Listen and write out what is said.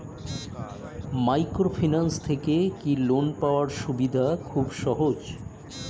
Microfinance থেকে কি loan পাওয়ার সুবিধা খুব সহজ?